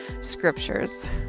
scriptures